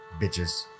bitches